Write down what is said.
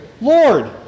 Lord